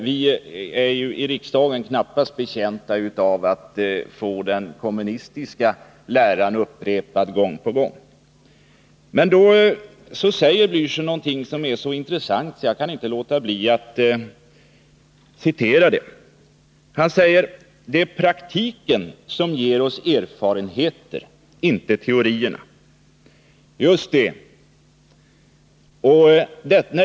Vi i riksdagen är knappast betjänta av att få den kommunistiska läran upprepad gång på gång. i Raul Blächer sade emellertid någonting som var så intressant att jag inte kan låta bli att återge det: Det är praktiken som ger oss erfarenheter — inte teorierna. Just det!